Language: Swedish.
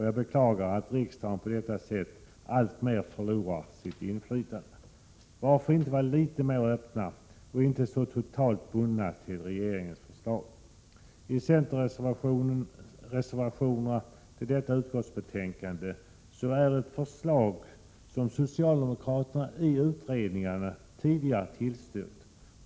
Jag beklagar att 43 riksdagen på detta sätt alltmer förlorar sitt inflytande. Varför inte vara litet mer öppen och inte så totalt bunden till regeringens förslag? I centerreservationerna som fogats till detta utskottsbetänkande finns ett förslag som socialdemokraterna i utredningar tidigare har tillstyrkt.